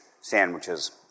sandwiches